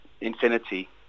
infinity